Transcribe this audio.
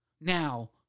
Now